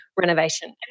renovation